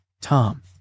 Tom